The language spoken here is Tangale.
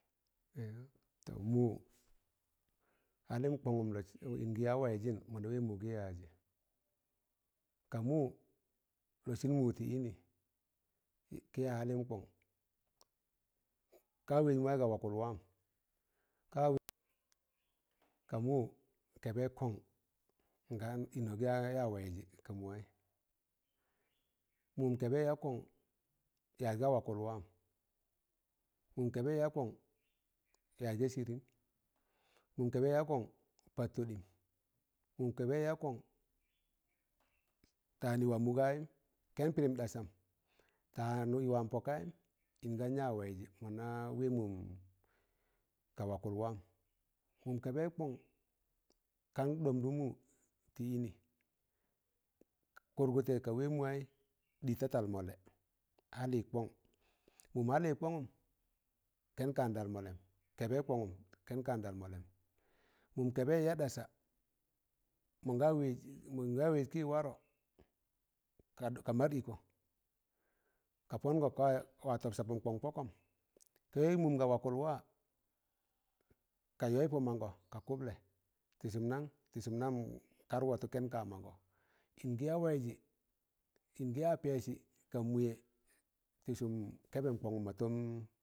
mụ halin kọngụm ngan lọsịn ịn gị ya waịzịn mọna wẹ mụ gị yaajị ka mụ lọsịn mu ̣tị ịnị kị ya halim kong ka wẹg mụ waị ga wakụl wam ka ka mụ kẹbẹị kọn ngam ịnọ gị ya waịzẹ ka mụ waị, mụn kẹbẹị ya kọn yaz ga wakụl wam mụm kẹbẹị ya kọn yaz ga sịrịm, mụn kẹbẹị ya kọn par tọɗịm, mụn kẹbẹị ya kọn taan i wa mọ mụ ga yịm kẹn pịrịm ɗasam, taan ị wam pọ kayịm ịn gan ya waịzị mọ na wẹ mụm ga wakụl wam mụm kẹbẹị kọn kan ɗọmdụ mụ tị ịnị kụrgụtẹ ka wẹ mụ waị dịz ta tal mọllẹ hali kong mụm hali kọngụm kẹn kandal, mọllẹm kẹbẹị kọnụm kẹn ka ndal mọllẹm kẹbẹị kọnụm kẹn ka ndal mọlẹm mụm kẹbẹị ya ɗasa mọn ga waz kị warọ ka mar ịkọ ka pọngọ wa tab sabam kọn pọkọm ka wẹ mụm ga wakụl wa wa ka yọy pọ mangọ ka kụblẹ tị sụm nang? tị sụm nam kar watu kẹn ka mangọ, ịn gị ya waịzị ịngị ya pẹsị ka mụwẹ tị sụm kẹbẹm kọngụm mọ tọm